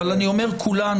אבל אני אומר כולנו,